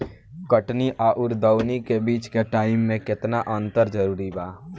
कटनी आउर दऊनी के बीच के टाइम मे केतना अंतर जरूरी बा?